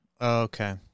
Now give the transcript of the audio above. Okay